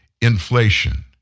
inflation